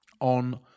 on